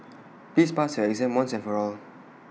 please pass your exam once and for all